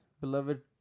beloved